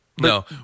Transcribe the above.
No